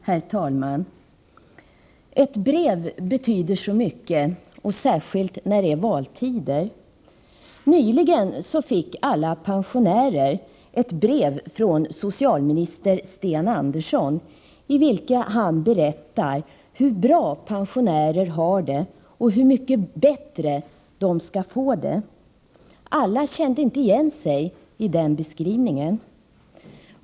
Herr talman! Ett brev betyder så mycket, särskilt när det är valtider. Nyligen fick alla pensionärer ett brev från socialminister Sten Andersson i vilket han berättar hur bra pensionärer har det och hur mycket bättre de skall få det. Alla kände inte igen sig i den beskrivningen.